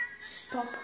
Stop